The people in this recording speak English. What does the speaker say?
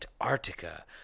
antarctica